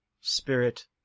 spirit